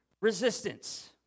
resistance